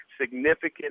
significant